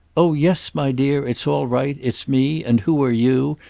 oh yes, my dear, it's all right, it's me and who are you,